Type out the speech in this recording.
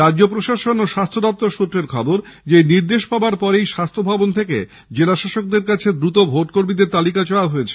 রাজ্য প্রশাসন ও স্বাস্হ্য দফতর সূত্রে খবর এই নির্দেশ পাওয়ার পরই স্বাস্হ্যভবন থেকে জেলাশাসকদের কাছে দ্রুত ভোট কর্মীদের তালিকা চাওয়া হয়েছে